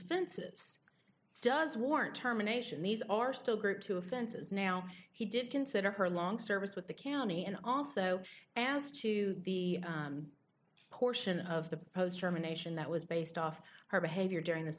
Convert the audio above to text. offenses does warrant terminations these are still great to offenses now he did consider her long service with the county and also as to the portion of the post germination that was based off her behavior during the